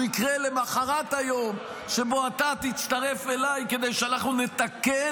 הוא יקרה למוחרת היום שבו אתה תצטרף אליי כדי שאנחנו נתקן